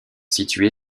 situé